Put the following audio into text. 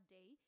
Day